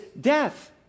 death